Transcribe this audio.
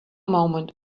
moment